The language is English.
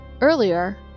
Earlier